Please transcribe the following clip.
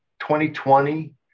2020